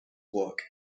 work